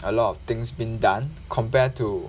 a lot of things been done compared to